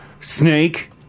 snake